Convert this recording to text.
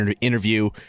interview